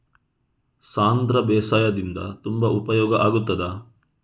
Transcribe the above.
ಸಾಂಧ್ರ ಬೇಸಾಯದಿಂದ ತುಂಬಾ ಉಪಯೋಗ ಆಗುತ್ತದಾ?